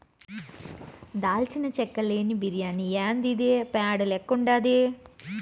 దాల్చిన చెక్క లేని బిర్యాని యాందిది పేడ లెక్కుండాది